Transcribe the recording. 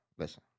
Listen